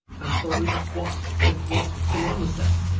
i'm sorry. what? and what? hang on a sec.